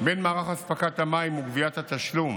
בין מערך אספקת המים וגביית התשלום